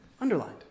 underlined